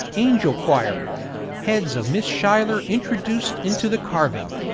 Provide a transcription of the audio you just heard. angel choir heads of miss schuyler introduced into the carving.